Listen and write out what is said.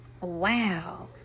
Wow